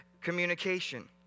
communication